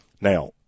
now